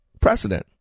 precedent